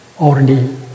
already